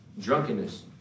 drunkenness